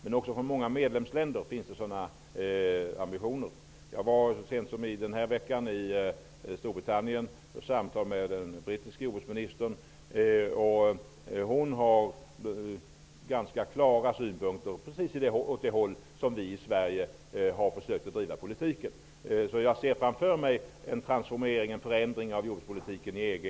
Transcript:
Men också många medlemsländer har sådana ambitioner. Jag var så sent som den här veckan i Storbritannien och samtalade då med den brittiska jordbruksministern. Hon har ganska klara ambitioner precis i den riktning som vi i Sverige har försökt att driva politiken. Jag ser alltså framför mig en förändring av jordbrukspolitiken i EG.